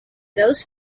goes